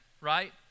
right